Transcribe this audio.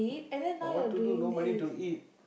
but what to do no money to eat